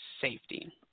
safety